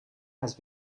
has